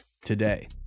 today